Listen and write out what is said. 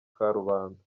karubanda